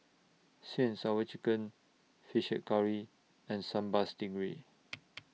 Sweet and Sour Chicken Fish Head Curry and Sambal Stingray